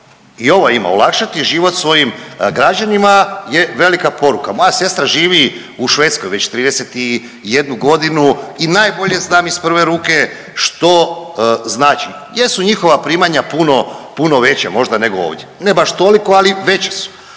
I ovo olakšati život svojim građanima je velika poruka. Moja sestra živi u Švedskoj već 31 godinu i najbolje znam iz prve ruke što znači, jer su njihova primanja puno veća nego možda ovdje. Ne baš toliko, ali veća su.